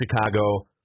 Chicago